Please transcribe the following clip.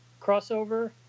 crossover